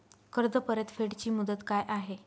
कर्ज परतफेड ची मुदत काय आहे?